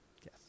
Yes